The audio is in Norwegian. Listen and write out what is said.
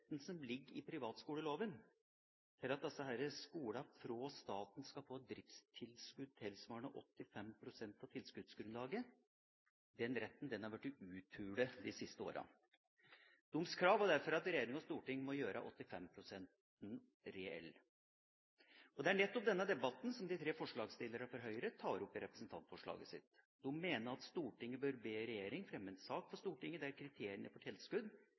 som ligger i privatskoleloven til at disse skolene skal få et driftstilskudd tilsvarende 85 pst. av tilskuddsgrunnlaget fra staten, er blitt uthulet de siste årene. Deres krav er derfor at regjering og storting må gjøre 85 pst.-regelen reell. Det er nettopp denne debatten de tre forslagsstillerne fra Høyre tar opp i representantforslaget sitt. De mener at Stortinget bør be regjeringa fremme en sak for Stortinget der kriteriene for tilskudd